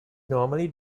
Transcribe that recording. normally